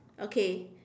okay